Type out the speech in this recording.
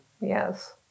Yes